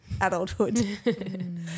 adulthood